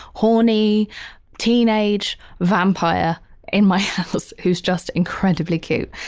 horny teenage vampire in my house who's just incredibly cute.